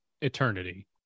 eternity